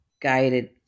guided